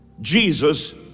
Jesus